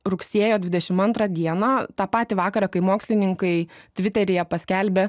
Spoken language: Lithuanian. rugsėjo dvidešimt antrą dieną tą patį vakarą kai mokslininkai tviteryje paskelbė